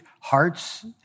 hearts